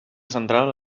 central